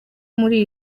muri